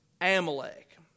Amalek